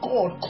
God